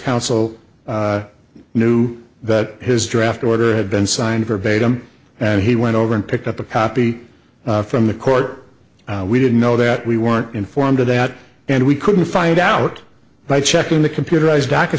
counsel knew that his draft order had been signed verbatim and he went over and picked up a copy from the court we didn't know that we weren't informed of that and we couldn't find out by checking the computerized